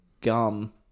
gum